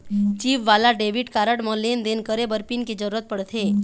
chip वाला debit card म लेन देन करे बर पिन के जरूरत परथे